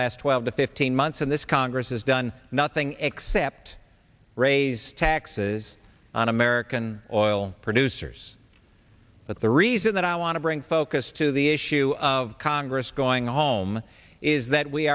last twelve to fifteen months and this congress has done nothing except raise taxes on american oil producers but the reason that i want to bring focus to the issue of congress going home is